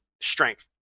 strength